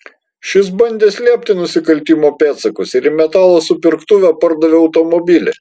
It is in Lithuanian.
šis bandė slėpti nusikaltimo pėdsakus ir į metalo supirktuvę pardavė automobilį